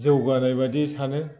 जौगानाय बादि सानो